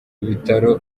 ibitaro